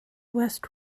west